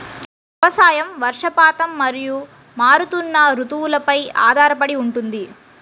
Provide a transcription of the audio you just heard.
వ్యవసాయం వర్షపాతం మరియు మారుతున్న రుతువులపై ఆధారపడి ఉంటుంది